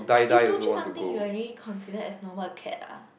you two three something you already consider as normal acad ah